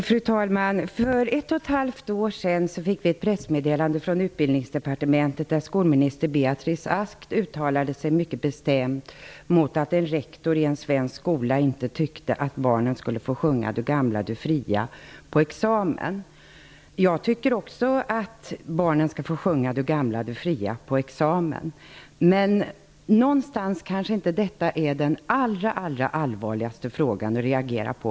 Herr talman! För ett och ett halvt år sedan fick vi ett pressmeddelande från Beatrice Ask mycket bestämt uttalade sig mot att en rektor i en svensk skola inte tyckte att barnen skulle få sjunga ''Du gamla, Du fria'' på examen. Jag tycker också att barnen skall få göra det. Men på något sätt är det kanske inte den allra allvarligaste frågan att reagera på.